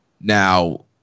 Now